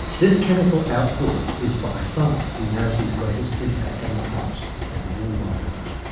this chemical outpouring is, by far, humanity's greatest impact on the planet and all life on it.